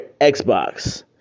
Xbox